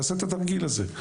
תעשה את התרגיל הזה.